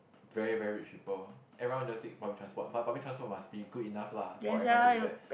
very very rich people everyone will just take public transport but public transport must be good enough lah for everyone to do that